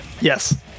yes